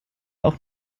auch